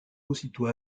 aussitôt